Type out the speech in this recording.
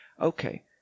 okay